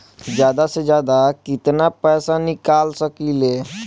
जादा से जादा कितना पैसा निकाल सकईले?